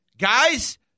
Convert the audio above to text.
guys